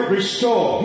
restore